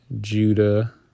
Judah